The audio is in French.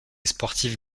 sportive